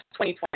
2020